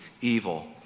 evil